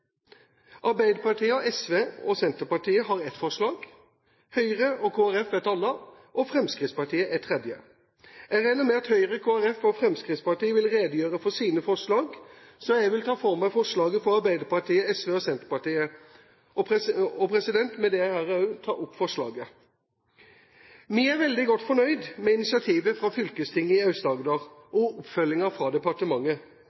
Arbeiderpartiet, SV og Senterpartiet har ett forslag, Høyre og Kristelig Folkeparti et annet og Fremskrittspartiet et tredje. Jeg regner med at Høyre, Kristelig Folkeparti og Fremskrittspartiet vil redegjøre for sine forslag, så jeg vil ta for meg forslaget fra Arbeiderpartiet, SV og Senterpartiet – og med dette også ta opp forslaget. Vi er veldig godt fornøyd med initiativet fra fylkestinget i